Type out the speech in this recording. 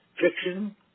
fiction